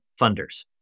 funders